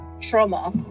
trauma